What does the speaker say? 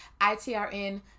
ITRN